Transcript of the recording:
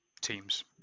teams